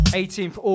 18th